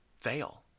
fail